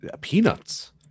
peanuts